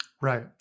Right